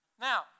Now